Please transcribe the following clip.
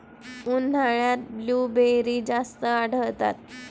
उन्हाळ्यात ब्लूबेरी जास्त आढळतात